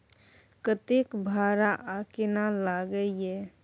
कतेक भाड़ा आ केना लागय ये?